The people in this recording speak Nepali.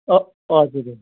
हजुर